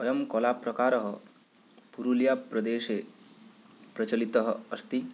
अयं कलाप्रकारः पुरुलियाप्रदेशे प्रचलितः अस्ति